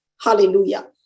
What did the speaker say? Hallelujah